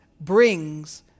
brings